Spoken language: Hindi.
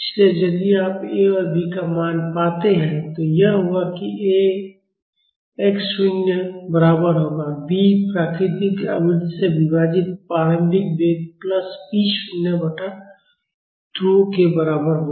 इसलिए यदि आप ए और बी का मान पाते हैं तो यह होगा कि A x शून्य एक्स0 बराबर होगा और B प्राकृतिक आवृत्ति से विभाजित प्रारंभिक वेग प्लस पी शून्य बटा 2 k के बराबर होगा